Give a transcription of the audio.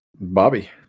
Bobby